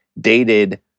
dated